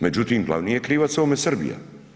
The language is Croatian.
Međutim, glavni je krivac ovome Srbija.